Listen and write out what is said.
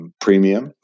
Premium